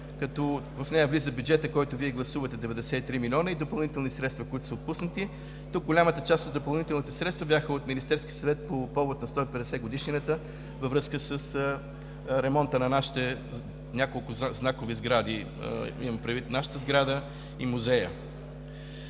в нея влиза бюджетът, който Вие гласувате – 93 милиона, и допълнителни средства, които са отпуснати. Тук голямата част от допълнителните средства бяха от Министерския съвет по повод на 150-годишнината във връзка с ремонта на нашите няколко знакови сгради – имам предвид нашата сграда и музея.